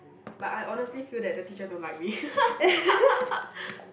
but I honestly feel that the teacher don't like me